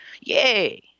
Yay